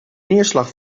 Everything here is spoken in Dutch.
neerslag